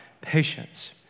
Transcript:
patience